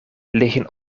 liggen